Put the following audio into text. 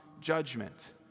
judgment